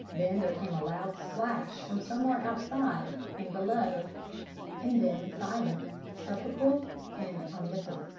then there came a loud splash from somewhere outside and below and then silence sepulchral and omnipotent.